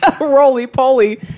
roly-poly